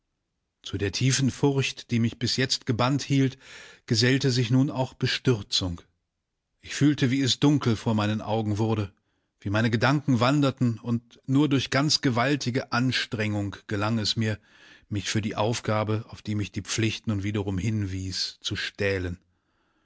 zu der tiefen furcht die mich bis jetzt gebannt hielt gesellte sich nun auch bestürzung ich fühlte wie es dunkel vor meinen augen wurde wie meine gedanken wanderten und nur durch ganz gewaltige anstrengung gelang es mir mich für die aufgabe auf die mich die pflicht nun wiederum hinwies zu stählen